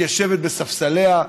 מתיישבת בספסליה,